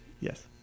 Yes